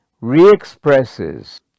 re-expresses